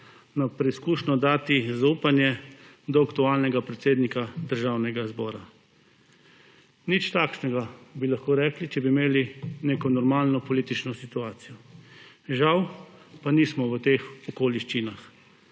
preizkušnjo dati zaupanje do aktualnega predsednika Državnega zbora. Nič takšnega, bi lahko rekli, če bi imeli neko normalno politično situacijo. Žal pa nismo v teh okoliščinah.